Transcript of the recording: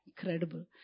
Incredible